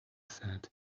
said